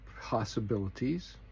possibilities